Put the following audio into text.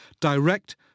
direct